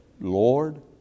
Lord